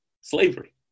slavery